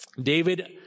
David